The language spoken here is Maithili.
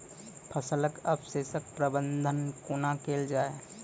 फसलक अवशेषक प्रबंधन कूना केल जाये?